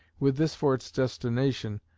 with this for its destination,